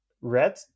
red